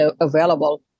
available